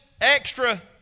extra